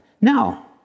No